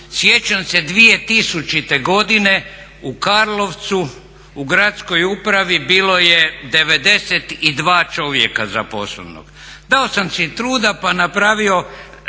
Sjećam se 2000. godine u Karlovcu, u Gradskoj upravi bilo je 92 čovjeka zaposlenog. Dao sam si truda pa napravio